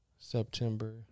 September